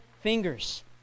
fingers